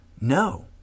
No